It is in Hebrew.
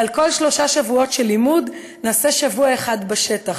ועל כל שלושה שבועות של לימוד נעשה שבוע אחד בשטח,